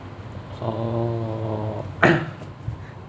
orh